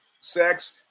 sex